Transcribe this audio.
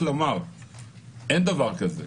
צריך לומר שאין דבר כזה,